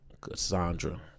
Cassandra